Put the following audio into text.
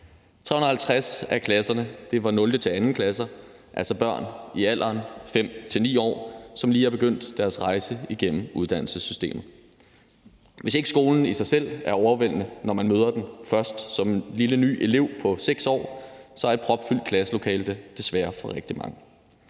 350 af klasserne var 0.-2. klasse, altså børn i alderen 5-9 år, som lige har begyndt deres rejse igennem uddannelsessystemet. Hvis ikke skolen i sig selv er overvældende, når man møder den første gang som lille ny elev på 6 år, så er et propfyldt klasselokale det desværre for rigtig mange.